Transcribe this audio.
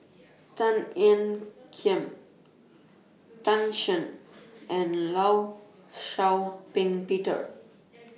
Tan Ean Kiam Tan Shen and law Shau Ping Peter